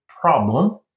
problem